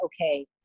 Okay